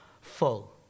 full